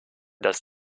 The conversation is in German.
dass